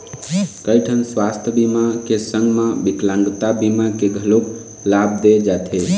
कइठन सुवास्थ बीमा के संग म बिकलांगता बीमा के घलोक लाभ दे जाथे